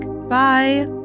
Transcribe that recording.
Bye